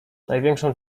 największą